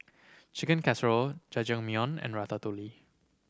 Chicken Casserole Jajangmyeon and Ratatouille